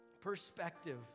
perspective